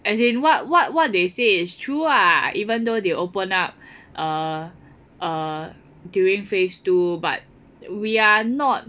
as in what what what they say is true ah even though they open up uh uh during phase two but we are not